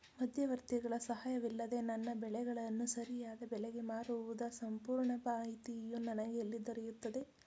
ಮಧ್ಯವರ್ತಿಗಳ ಸಹಾಯವಿಲ್ಲದೆ ನನ್ನ ಬೆಳೆಗಳನ್ನು ಸರಿಯಾದ ಬೆಲೆಗೆ ಮಾರುವುದರ ಸಂಪೂರ್ಣ ಮಾಹಿತಿಯು ನನಗೆ ಎಲ್ಲಿ ದೊರೆಯುತ್ತದೆ?